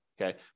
Okay